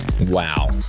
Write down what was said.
Wow